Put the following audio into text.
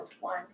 One